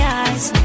eyes